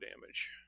damage